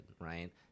right